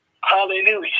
hallelujah